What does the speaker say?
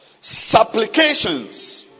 supplications